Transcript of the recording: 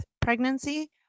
pregnancy